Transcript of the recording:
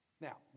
Now